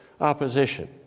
opposition